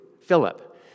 Philip